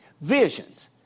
Visions